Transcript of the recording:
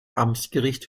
amtsgericht